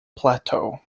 plateau